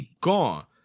Gone